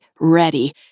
ready